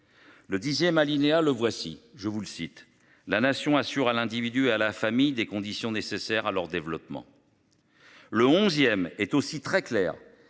Le dixième alinéa, le voici, je vous le site La Nation assure à l'individu à la famille des conditions nécessaires à leur développement.